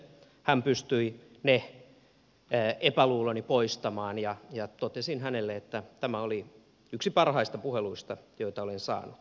hän pystyi ne epäluuloni poistamaan ja totesin hänelle että tämä oli yksi parhaista puheluista joita olen saanut